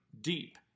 deep